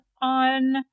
on